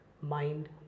Mind